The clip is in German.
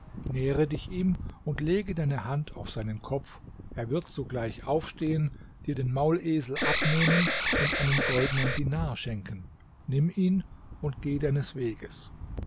nähere dich ihm und lege deine hand auf seinen kopf er wird sogleich aufstehen dir den maulesel abnehmen und einen goldenen dinar schenken nimm ihn und geh deines weges